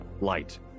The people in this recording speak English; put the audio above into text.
light